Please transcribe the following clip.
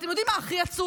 ואתם יודעים מה הכי עצוב?